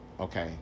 okay